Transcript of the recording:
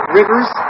rivers